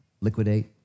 liquidate